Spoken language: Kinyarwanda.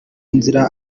nzira